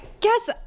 guess